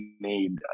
made